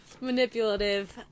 Manipulative